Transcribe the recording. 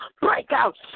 breakout